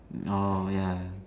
orh ya